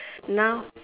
now